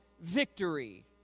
victory